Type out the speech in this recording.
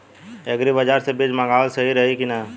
Agri बाज़ार से बीज मंगावल सही रही की ना?